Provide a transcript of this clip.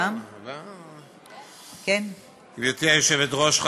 גברתי היושבת-ראש,